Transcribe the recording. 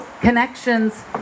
connections